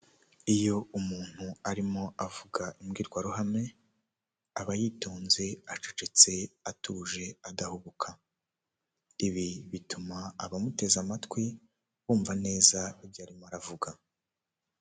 Umuhanda mwiza wa kaburimbo wubatswe mu buryo bugezweho ndetse kugenderwamo n'ibinyabiziga byinshi, harimo ama moto ndetse n'amagare ahetse abagenzi. Uyu muhanda ukaba ukikijwe n'ibiti byinshi kandi byiza ndetse inyuma y'aho hakaba haparitswe n'ibindi binyabiziga binini harimo nk'amakamyo y'umweru.